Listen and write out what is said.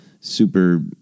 super